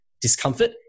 discomfort